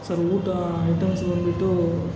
sir ಊಟ items ಬಂದ್ಬಿಟ್ಟು